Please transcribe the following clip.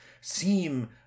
seem